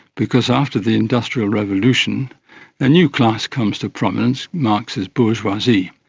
because after the industrial revolution a new class comes to prominence, marx's bourgeoisie.